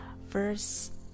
verse